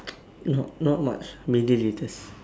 not not much milliliters